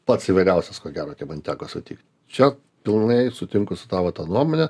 pats įvairiausias ko gero man teko sutikt čia pilnai sutinku su tavo nuomone